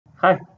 Hi